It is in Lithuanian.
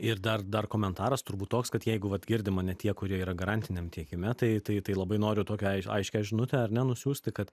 ir dar dar komentaras turbūt toks kad jeigu vat girdi mane tie kurie yra garantiniam tiekime tai tai labai noriu tokią aiš aiškią žinutę ar ne nusiųsti kad